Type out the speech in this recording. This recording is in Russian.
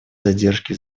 задержки